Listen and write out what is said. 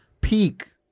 peak